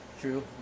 true